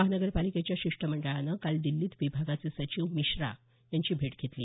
महानगरपालिकेच्या शिष्टमंडळानं काल दिल्लीत विभागाचे सचिव मिश्रा यांची भेट घेतली